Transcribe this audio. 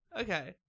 Okay